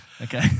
Okay